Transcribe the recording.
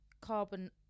carbon